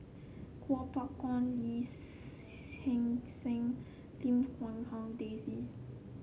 Kuo Pao Kun Lee Hee Seng Lim Quee Hong Daisy